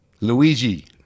Luigi